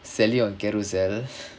sell it on Carousell